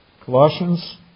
Colossians